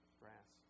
grass